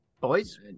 boys